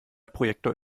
projektor